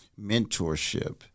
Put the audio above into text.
mentorship